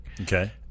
Okay